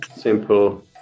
simple